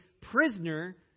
prisoner